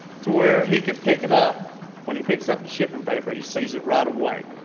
to where he can pick it up when he picks up the shipping paper, he sees it right away.